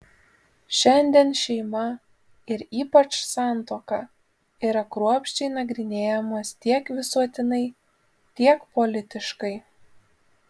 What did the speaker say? šiandien šeima ir ypač santuoka yra kruopščiai nagrinėjamos tiek visuotinai tiek politiškai